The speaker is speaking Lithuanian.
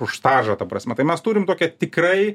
už stažą ta prasme tai mes turim tokią tikrai